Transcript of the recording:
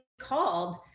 called